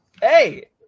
Hey